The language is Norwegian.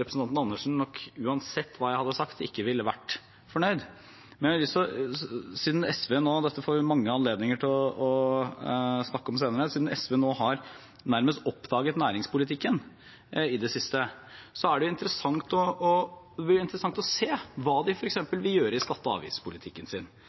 representanten Andersen ikke ville vært fornøyd uansett hva jeg hadde sagt. Dette får vi mange anledninger til å snakke om senere, men siden SV i det siste nærmest har oppdaget næringspolitikken, har jeg lyst til å si at det blir interessant å se hva de